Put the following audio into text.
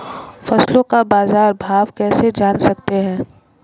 फसलों का बाज़ार भाव कैसे जान सकते हैं?